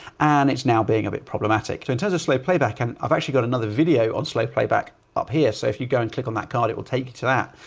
and it's now being a bit problematic. so it has a slow playback. and i've actually got another video on slow playback up here. so if you go and click on that card, it will take you to that.